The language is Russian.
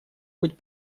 быть